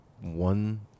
one